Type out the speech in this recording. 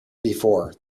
before